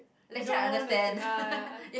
you don't know the s~